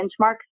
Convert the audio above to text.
benchmarks